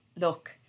look